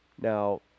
Now